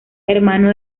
hermano